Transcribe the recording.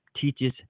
teaches